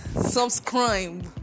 subscribe